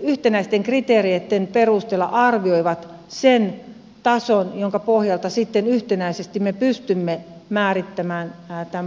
yhtenäisten kriteereitten perusteella arvioivat sen tason jonka pohjalta me pystymme yhtenäisesti määrittämään tukipalkkion